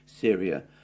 Syria